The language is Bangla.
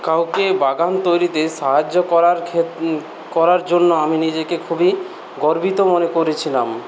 কাউকে বাগান তৈরিতে সাহায্য করার করার জন্য আমি নিজেকে খুবই গর্বিত মনে করেছিলাম